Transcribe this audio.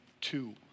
two